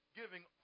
giving